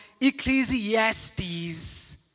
Ecclesiastes